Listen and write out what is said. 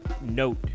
note